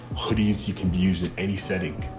what do you use, you can use in any setting.